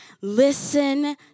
Listen